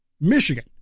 Michigan